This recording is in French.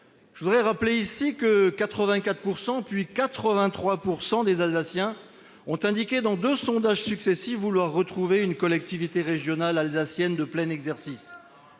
Je voudrais rappeler, ici, que 84 %, puis 83 % des Alsaciens ont indiqué, dans deux sondages successifs, vouloir retrouver une collectivité régionale alsacienne de plein exercice.